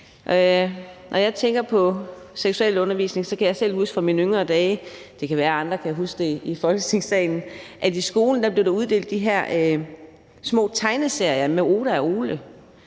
Når jeg tænker på seksualundervisning, kan jeg selv huske fra mine yngre dage – det kan være, at andre i Folketingssalen kan huske det – at der i skolen blev uddelt de her små tegneserier med Oda og Ole.